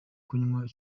kunywa